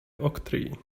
octree